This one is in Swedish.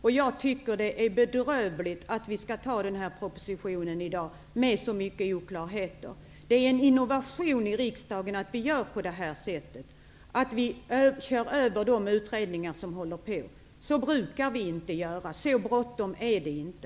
Jag tycker det är bedrövligt att vi skall anta denna proposition i dag med så många oklarheter. Det är en innovation i riksdagen att vi gör så här, att vi kör över de utredningar som arbetar. Så brukar vi inte göra. Så bråttom är det inte.